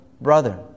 brother